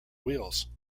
wheels